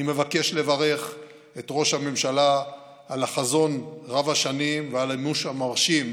אני מבקש לברך את ראש הממשלה על החזון רב-השנים ועל המימוש המרשים,